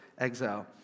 exile